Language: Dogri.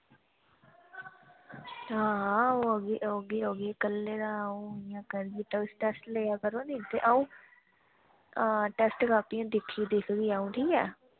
आं औगी औगी कल्लै दा अं'ऊ टेस्ट लेआ करो ना अं'ऊ आं टेस्ट कॉपी दिक्खगी अं'ऊ